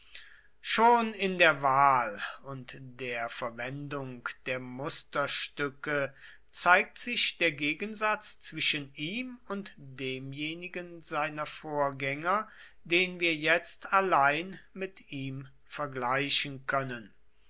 schon in der wahl und der verwendung der musterstücke zeigt sich der gegensatz zwischen ihm und demjenigen seiner vorgänger den wir jetzt allein mit ihm vergleichen können